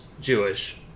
jewish